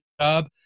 job